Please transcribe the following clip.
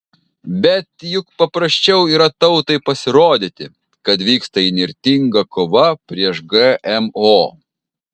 bet juk paprasčiau yra tautai pasirodyti kad vyksta įnirtinga kova prieš gmo